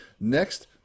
Next